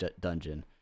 dungeon